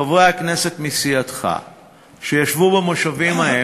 חברי הכנסת מסיעתך שישבו במושבים ההם